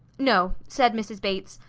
no, said mrs. bates.